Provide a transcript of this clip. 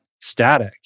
static